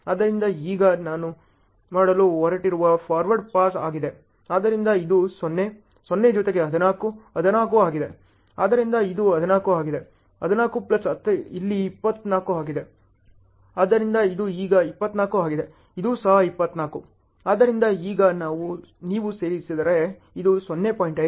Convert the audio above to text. ಆದ್ದರಿಂದ ಈಗ ಇದು ನಾನು ಮಾಡಲು ಹೊರಟಿರುವ ಫಾರ್ವರ್ಡ್ ಪಾಸ್ ಆಗಿದೆ ಆದ್ದರಿಂದ ಇದು 0 0 ಜೊತೆಗೆ 14 14 ಆಗಿದೆ ಆದ್ದರಿಂದ ಇದು 14 ಆಗಿದೆ 14 ಪ್ಲಸ್ 10 ಇಲ್ಲಿ 24 ಆಗಿದೆ ಆದ್ದರಿಂದ ಇದು ಈಗ 24 ಆಗಿದೆ ಇದು ಸಹ 24 ಸರಿ